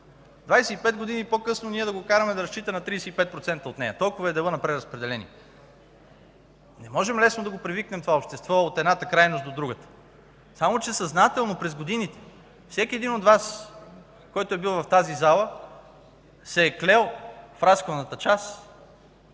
25 години по-късно ние да го караме да разчита на 35% от нея – толкова е делът на преразпределение. Не можем лесно да го привикнем това общество от едната крайност до другата. Само че съзнателно през годините всеки от Вас, който е бил в тази зала, се е клел в разходната част